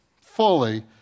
fully